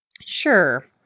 Sure